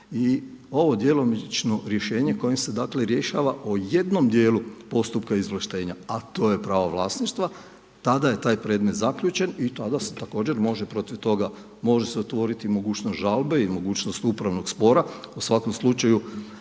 I ovo djelomično rješenje kojim se dakle rješava o jednom djelu postupka izvlaštenja a to je pravo vlasništva tada je taj predmet zaključen i tada se također može protiv toga, može se otvoriti mogućnost žalbe i mogućnost upravnog spora. U svakom slučaju